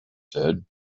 said